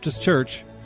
Church